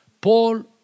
Paul